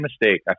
mistake